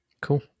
Cool